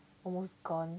almost gone